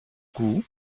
goût